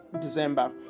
December